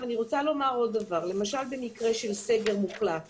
גם במקרה של סגר מוחלט